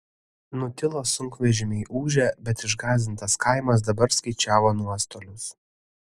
nutilo sunkvežimiai ūžę bet išgąsdintas kaimas dabar skaičiavo nuostolius